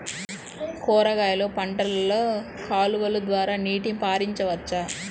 కూరగాయలు పంటలలో కాలువలు ద్వారా నీటిని పరించవచ్చా?